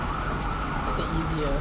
that's the easiest